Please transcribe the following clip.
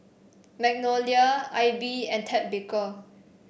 Magnolia AIBI and Ted Baker